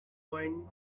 wine